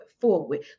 forward